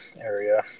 area